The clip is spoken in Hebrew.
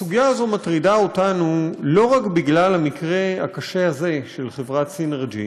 הסוגיה הזאת מטרידה אותנו לא רק בגלל המקרה הקשה הזה של חברת סינרג'י,